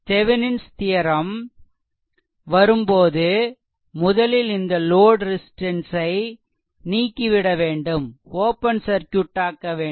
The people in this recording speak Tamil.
தெவெனிஸ் தியெரெம் Thevenin's theorem வரும்போது முதலில் இந்த லோட் ரெசிஸ்ட்டன்ஸ் ஐ நீக்கிவிடவேண்டும் ஓப்பன் சர்க்யூட்டாக்க வேண்டும்